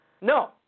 no